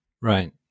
right